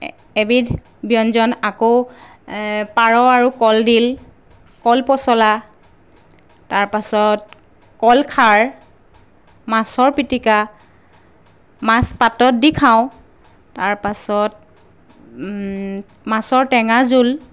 এবিধ ব্যঞ্জন আকৌ পাৰ আৰু কলডিল কল পচলা তাৰপাছত কল খাৰ মাছৰ পিটিকা মাছ পাতত দি খাওঁ তাৰপাছত মাছৰ টেঙা জোল